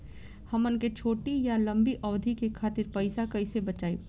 हमन के छोटी या लंबी अवधि के खातिर पैसा कैसे बचाइब?